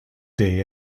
day